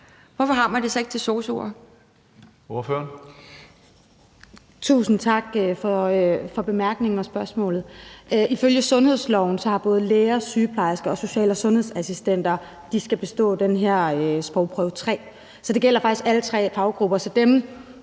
Ordføreren. Kl. 19:54 Rosa Eriksen (M): Tusind tak for bemærkningen og spørgsmålet. Ifølge sundhedsloven skal både læger og sygeplejersker og social- og sundhedsassistenter bestå den her sprogprøve Dansk 3, så det gælder faktisk alle tre faggrupper.